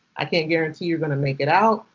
i can't guarantee you're gonna make it out.